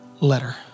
letter